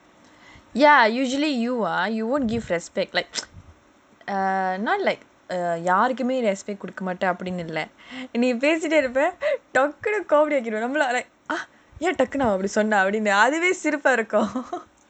ya usually you ah you won't give respect like பேசிட்டே இருப்பேன் ஏன் டக்குனு சொன்னா அதுவே சிரிப்பா இருக்கும்:pesitae irupaen yaen takkunu sonnaa adhuvae siripaa irukkum